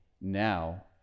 now